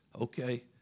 okay